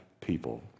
people